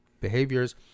behaviors